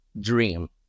dream